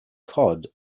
cod